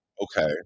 Okay